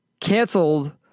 canceled